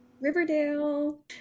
Riverdale